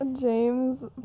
James